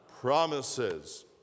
promises